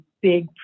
big